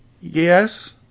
Yes